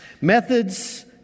Methods